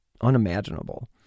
unimaginable